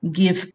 give